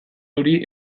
hori